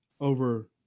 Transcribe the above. over